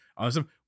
Awesome